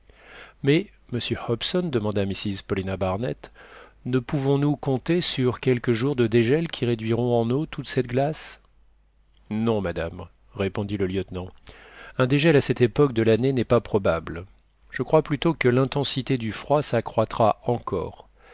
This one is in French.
mais monsieur hobson demanda mrs paulina barnett ne pouvonsnous compter sur quelques jours de dégel qui réduiront en eau toute cette glace non madame répondit le lieutenant un dégel à cette époque de l'année n'est pas probable je crois plutôt que l'intensité du froid s'accroîtra encore